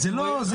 זה לא תואם.